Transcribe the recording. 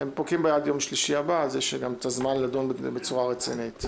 פוקעות ביום שלישי הבא אז יש להם גם את הזמן לדון בזה בצורה רצינית.